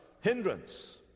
hindrance